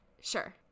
Sure